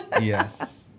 Yes